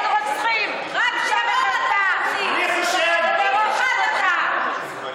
רוצחים, במיוחד אתה.